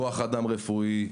כוח אדם רפואי.